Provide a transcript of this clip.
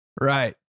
Right